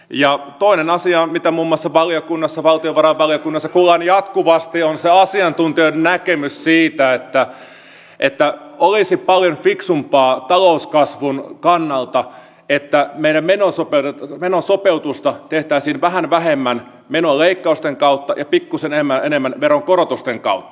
ja asia mitä muun muassa valiokunnassa valtiovarainvaliokunnassa kuullaan jatkuvasti on se asiantuntijoiden näkemys siitä että olisi paljon fiksumpaa talouskasvun kannalta että menosopeutusta tehtäisiin vähän vähemmän menoleikkausten kautta ja pikkuisen enemmän veronkorotusten kautta